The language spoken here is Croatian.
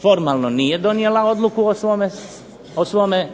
formalno nije donijela odluku o svome